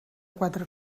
quatre